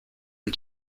and